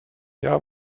jag